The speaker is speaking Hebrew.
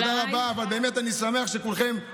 לא היה אחד, כמוני.